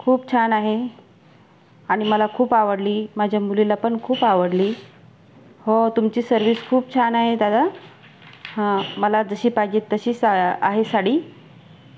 खूप छान आहे आणि मला खूप आवडली माझ्या मुलीला पण खूप आवडली हो तुमची सर्व्हिस खूप छान आहे दादा हा मला जशी पाहिजे तशीच आहे साडी